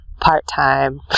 part-time